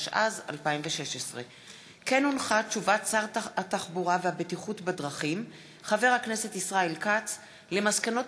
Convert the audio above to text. התשע"ז 2016. הודעת שר התחבורה והבטיחות בדרכים ישראל כץ על מסקנות